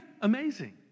Amazing